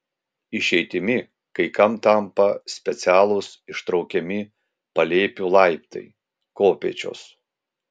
išeitimi kai kam tampa specialūs ištraukiami palėpių laiptai kopėčios